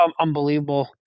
unbelievable